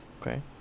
Okay